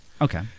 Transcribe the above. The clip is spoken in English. Okay